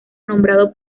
nombrado